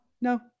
no